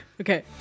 Okay